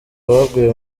baguye